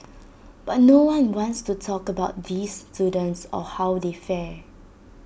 but no one wants to talk about these students or how they fare